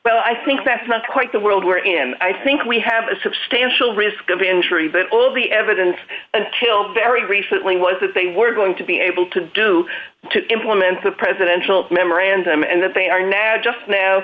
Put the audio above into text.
well i think that's not quite the world we're in i think we have a substantial risk of ensuring that all the evidence until very recently was that they were going to be able to do to implement the presidential memorandum and that they are now just now